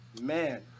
Man